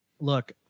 look